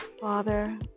Father